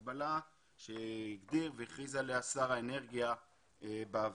זאת מגבלה שהגדיר והכריז עליה שר האנרגיה בעבר.